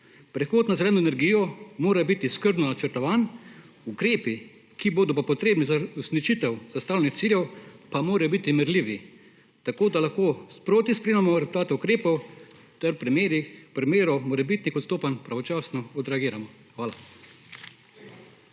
Prehod na zeleno energijo mora biti skrbno načrtovan, ukrepi, ki bodo pa potrebni za uresničitev zastavljenih ciljev, pa morajo biti merljivi, tako da lahko sproti spremljamo rezultate ukrepov ter v primerih morebitnih odstopanj pravočasno odreagiramo. Hvala.